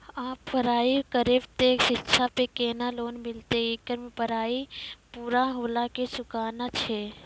आप पराई करेव ते शिक्षा पे केना लोन मिलते येकर मे पराई पुरा होला के चुकाना छै?